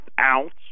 ounce